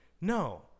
no